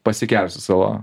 pasikelsiu savo